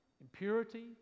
impurity